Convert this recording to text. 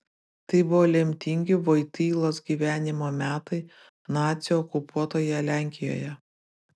tai buvo lemtingi vojtylos gyvenimo metai nacių okupuotoje lenkijoje